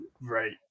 Right